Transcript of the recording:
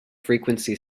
frequency